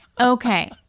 Okay